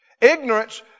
Ignorance